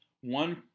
one